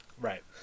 Right